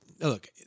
look